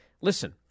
Listen